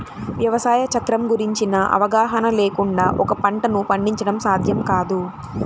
వ్యవసాయ చక్రం గురించిన అవగాహన లేకుండా ఒక పంటను పండించడం సాధ్యం కాదు